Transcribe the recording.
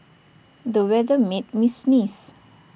the weather made me sneeze